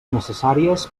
necessàries